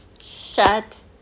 Shut